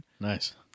Nice